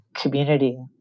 community